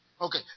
Okay